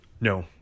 No